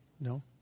no